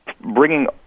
bringing